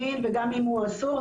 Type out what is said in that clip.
מין וגם אם הוא אסור,